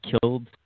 killed